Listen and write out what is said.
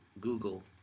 Google